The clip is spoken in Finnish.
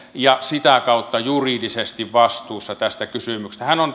ja sitä kautta juridisesti vastuussa tästä kysymyksestä hän on